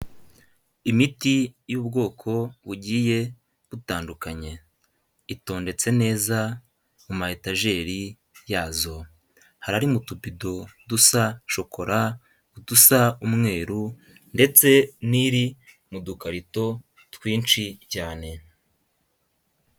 Imiti y'ubwoko bugiye butandukanye itondetse neza mu ma etajeri yazo, harimo utubido dusa shokora, udusa umweru ndetse n'iri mu dukarito twinshi cyane.